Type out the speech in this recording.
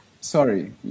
Sorry